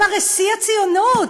הם הרי שיא הציונות,